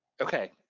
Okay